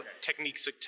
techniques